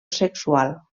sexual